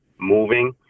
moving